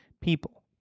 people